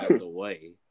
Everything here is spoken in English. away